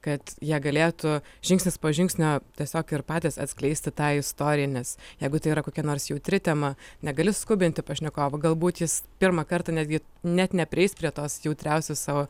kad jie galėtų žingsnis po žingsnio tiesiog ir patys atskleisti tą istoriją nes jeigu tai yra kokia nors jautri tema negali skubinti pašnekovo galbūt jis pirmą kartą netgi net neprieis prie tos jautriausios savo